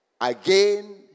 again